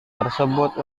tersebut